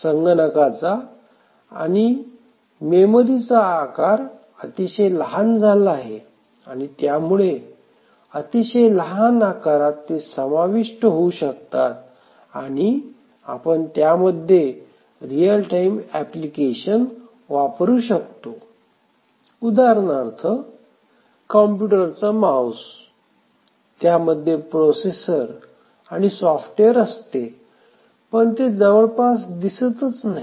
संगणकाचा आणि मेमरी चा आकार अतिशय लहान झाला आहे आणि त्यामुळे अतिशय लहान आकारात ते समाविष्ट होऊ शकतात आणि आपण त्यामध्ये रियल टाईम एप्लिकेशन वापरू शकतो उदाहरणार्थ कम्प्युटरचा माऊस त्यामध्ये प्रोसेसर आणि सॉफ्टवेअर असते पण ते जवळपास दिसतच नाही